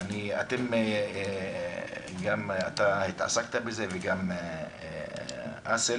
גם אתה התעסקת בזה וגם עורך דין אסל